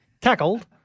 Tackled